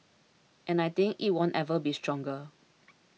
and I think it won't ever be stronger